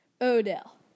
Odell